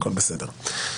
הכול בסדר.